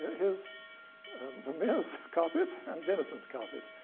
here's vermeer's carpet and jenison's carpet.